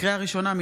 לקריאה ראשונה,